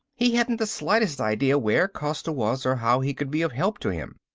he hadn't the slightest idea where costa was or how he could be of help to him.